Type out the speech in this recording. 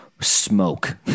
smoke